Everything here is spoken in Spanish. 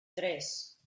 tres